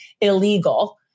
illegal